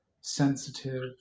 sensitive